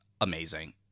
amazing